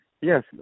Yes